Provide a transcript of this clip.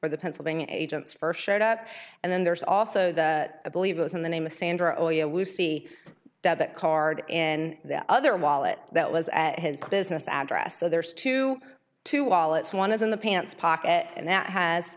where the pennsylvania agents first showed up and then there's also that i believe it was in the name of sandra oya lucy debit card in that other wallet that was at his business address so there's two two wallets one is in the pants pocket and that has